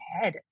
head